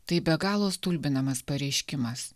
tai be galo stulbinamas pareiškimas